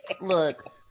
Look